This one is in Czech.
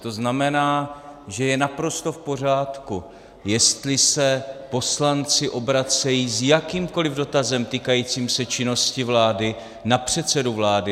To znamená, že je naprosto v pořádku, jestli se poslanci obracejí s jakýmkoli dotazem týkajícím se činnosti vlády na předsedu vlády.